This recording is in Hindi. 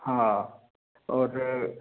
हाँ और